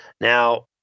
now